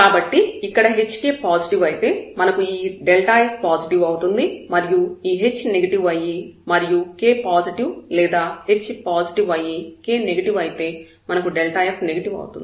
కాబట్టి ఇక్కడ hk positive అయితే మనకు ఈ f పాజిటివ్ అవుతుంది మరియు ఈ h నెగటివ్ అయ్యి మరియు k పాజిటివ్ లేదా h పాజిటివ్ అయ్యి k నెగటివ్ అయితే మనకు f నెగటివ్ అవుతుంది